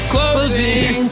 Closing